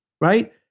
Right